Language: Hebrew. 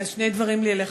אז שני דברים לי אליך,